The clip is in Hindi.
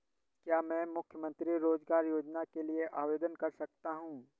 क्या मैं मुख्यमंत्री रोज़गार योजना के लिए आवेदन कर सकता हूँ?